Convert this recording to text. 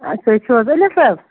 آ تُہۍ چھِوا لطیف صٲب